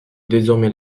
désormais